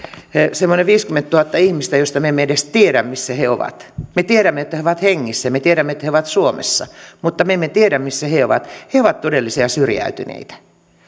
semmoinen viisikymmentätuhatta ihmistä joista me emme edes tiedä missä he ovat me tiedämme että he ovat hengissä ja me tiedämme että he ovat suomessa mutta me emme tiedä missä he ovat he ovat todellisia syrjäytyneitä